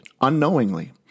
unknowingly